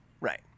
Right